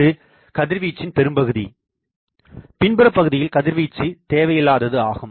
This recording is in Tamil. இது கதிர்வீச்சின் பெரும்பகுதி பின்புற பகுதியில் கதிர்வீச்சு தேவையில்லாதது ஆகும்